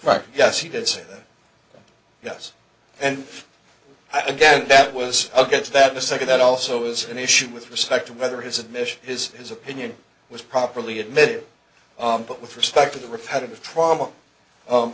right yes he did say yes and i again that was against that the second that also is an issue with respect to whether his admission his his opinion was properly admitted on but with respect to the repetitive trauma